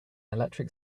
electric